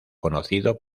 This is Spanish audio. conocido